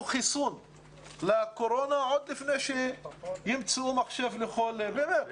חיסון לקורונה וזה יקרה עוד לפני שימצאו מחשב לכל ילד.